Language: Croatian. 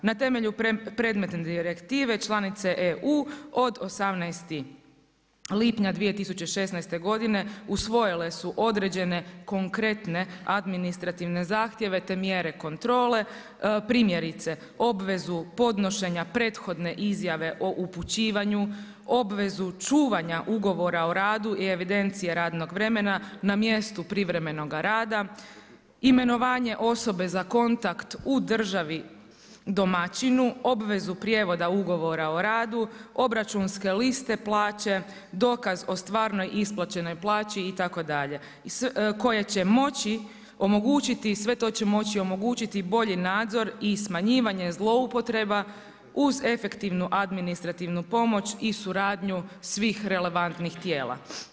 Na temelju predmetne direktive članice EU od 18. lipnja 2016. godine usvojile su određene konkretne administrativne zahtjeve te mjere kontrole, primjerice obvezu podnošenja prethodne izjave o upućivanju, obvezu čuvanja ugovora o radu i evidencije radnog vremena na mjestu privremenoga rada, imenovanje osobe za kontakt u državi domaćinu, obvezu prijevoda ugovora o radu, obračunske liste plaće, dokaz o stvarnoj isplaćenoj plaći itd. koje će moći omogućiti, sve to će moći omogućiti bolji nadzor i smanjivanje zloupotreba uz efektivnu administrativnu pomoć i suradnju svih relevantnih tijela.